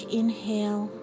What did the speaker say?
inhale